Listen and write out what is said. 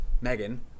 Megan